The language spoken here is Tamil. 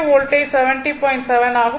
7 ஆகும்